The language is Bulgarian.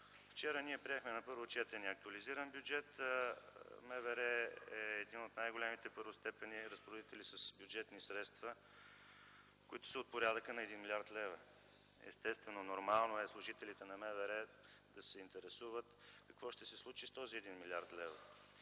вчера ние приехме на първо четене актуализиран бюджет. МВР е един от най-големите първостепенни разпоредители с бюджетни средства, които са от порядъка на 1 млрд. лв. Естествено, нормално е служителите на МВР да се интересуват какво ще се случи с този 1 млрд. лв.,